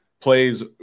Plays